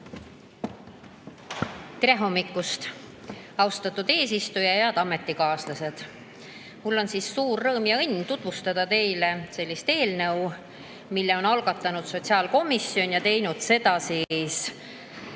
Tere hommikust, austatud eesistuja! Head ametikaaslased! Mul on suur rõõm ja õnn tutvustada teile seda eelnõu, mille on algatanud sotsiaalkomisjon ja teinud seda küll